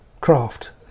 craft